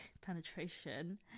penetration